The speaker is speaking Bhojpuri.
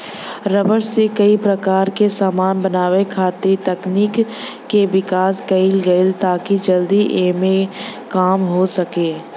रबर से कई प्रकार क समान बनावे खातिर तकनीक के विकास कईल गइल ताकि जल्दी एमे काम हो सके